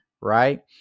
Right